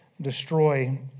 destroy